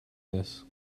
this